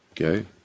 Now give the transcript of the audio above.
Okay